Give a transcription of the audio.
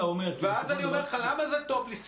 ואז אני אומר לך - למה זה טוב לי,